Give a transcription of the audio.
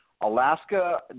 Alaska